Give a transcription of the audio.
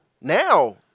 Now